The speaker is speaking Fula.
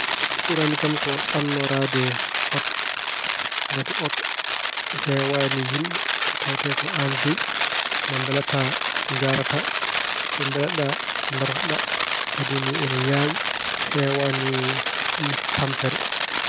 Ɓurani kam ko ɗannoraade oto. Ngati oto heewaani yimɓe, tawatee ko aan jeyi. No mbelaɗaa njahrata. To mbelaɗaa ndarotoɗaa. Kadi ina yaawi, heewaani tampere.